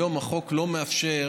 היום החוק לא מאפשר